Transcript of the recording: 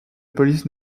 police